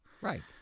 Right